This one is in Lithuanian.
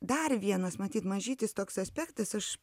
dar vienas matyt mažytis toks aspektas aš